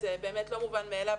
זה באמת לא מובן מאליו.